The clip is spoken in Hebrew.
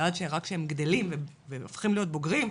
ורק כשהם גדלים והופכים להיות בוגרים,